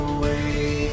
Away